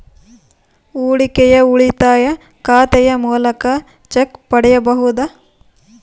ಹೂಡಿಕೆಯ ಉಳಿತಾಯ ಖಾತೆಯ ಮೂಲಕ ಚೆಕ್ ಪಡೆಯಬಹುದಾ?